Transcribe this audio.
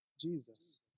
Jesus